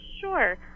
Sure